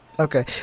Okay